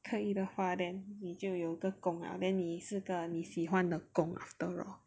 可以的话 then 你就有个工了 then 你是个你喜欢的工 afterall